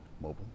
mobile